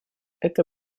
это